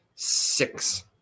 Six